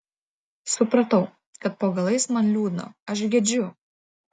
supratau kad po galais man liūdna aš gedžiu